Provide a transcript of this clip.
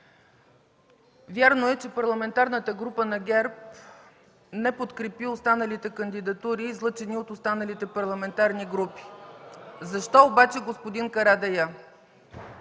Вярно е, че Парламентарната група на ГЕРБ не подкрепи останалите кандидатури, излъчени от останалите парламентарни групи. Защо обаче, господин Карадайъ,